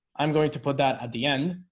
i'm going to put that at the end.